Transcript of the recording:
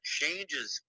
changes